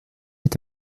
est